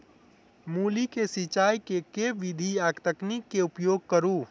मूली केँ सिचाई केँ के विधि आ तकनीक केँ उपयोग करू?